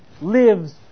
lives